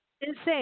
insane